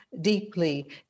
deeply